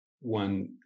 one